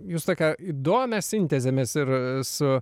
jūs tokią įdomią sintezę mes ir su